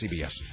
CBS